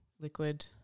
liquid